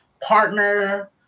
partner